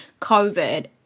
COVID